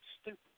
stupid